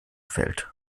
fällt